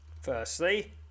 Firstly